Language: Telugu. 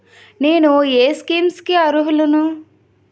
నేను ఏ స్కీమ్స్ కి అరుహులను?